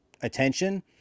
attention